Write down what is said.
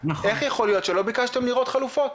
איך יכול להיות שלא ביקשתם לראות חלופות?